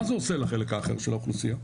מה זה עושה לחלק האחר של האוכלוסייה?